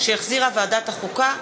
שהחזירה ועדת החוקה,